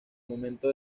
momento